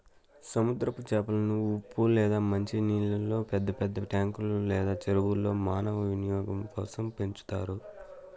సముద్రపు చేపలను ఉప్పు లేదా మంచి నీళ్ళల్లో పెద్ద పెద్ద ట్యాంకులు లేదా చెరువుల్లో మానవ వినియోగం కోసం పెంచుతారు